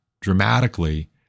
dramatically